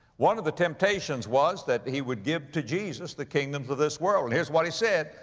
one of the temptations was that he would give to jesus the kingdoms of this world. and here's what he said,